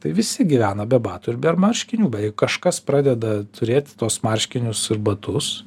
tai visi gyvena be batų ir be marškinių bet jei kažkas pradeda turėti tuos marškinius ir batus